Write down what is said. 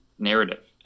narrative